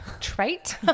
trait